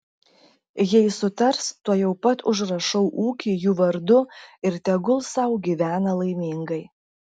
jei sutars tuojau pat užrašau ūkį jų vardu ir tegul sau gyvena laimingai